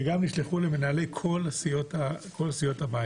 וגם נשלחו למנהלי כל סיעות הבית.